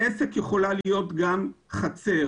לעסק יכולה להיות גם חצר.